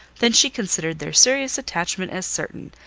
than she considered their serious attachment as certain,